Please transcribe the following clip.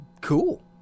cool